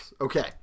Okay